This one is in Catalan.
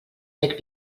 bec